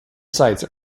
sites